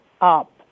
up